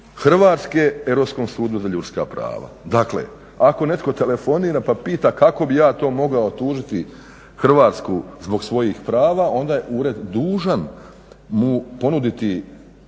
Hrvatske Europskom sudu za ljudska prava. Dakle ako netko telefonira pa pita kako bi ja to mogao tužiti Hrvatsku zbog svojih prava, onda je ured dužan mu ponuditi način